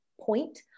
point